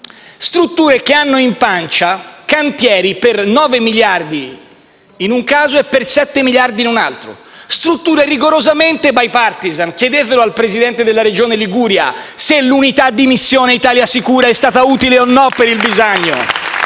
strutture che hanno in pancia cantieri per 9 miliardi in un caso e per 7 miliardi in un altro, strutture rigorosamente *bipartisan.* Chiedetelo al Presidente della Regione Liguria se l'unità di missione ItaliaSicura è stata utile per il Bisagno.